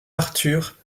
arthur